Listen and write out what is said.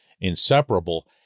inseparable